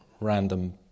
random